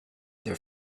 their